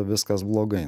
viskas blogai